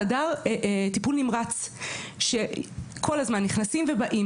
חדר טיפול נמרץ שכל הזמן נכנסים ובאים,